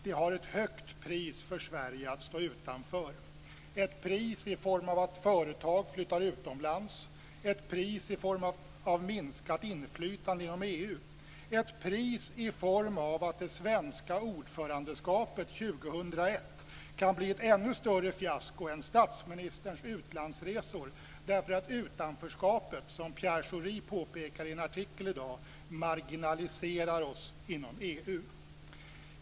Det har ett högt pris för Sverige att stå utanför -· ett pris i form av att det svenska ordförandeskapet år 2001 kan bli ett ännu större fiasko än statsministerns utlandsresor därför att utanförskapet, som Pierre Schori påpekar i en artikel i dag, marginaliserar oss inom EU.